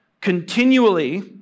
continually